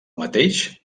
mateix